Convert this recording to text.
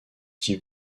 type